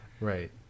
Right